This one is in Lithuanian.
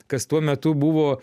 kas tuo metu buvo